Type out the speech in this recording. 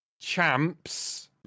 champs